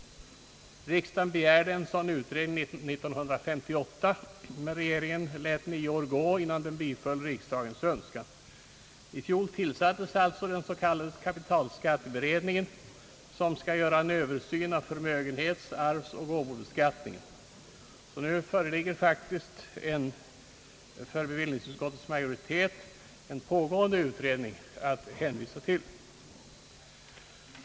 Riksdagen begärde en sådan utredning år 1958, men regeringen lät nio år gå innan den biföll riksdagens önskan. I fjol tillsattes alltså den s.k, kapitalskatteberedningen, som skall göra en översyn av förmögenhetssamt arvsoch gåvobeskattningen. Nu föreligger äntligen för bevillningsutskottets majoritet en pågående utredning att hänvisa till.